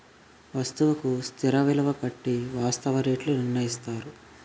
వస్తువుకు స్థిర విలువ కట్టి వాస్తవ రేట్లు నిర్ణయిస్తారు